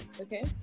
Okay